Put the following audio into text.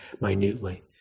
minutely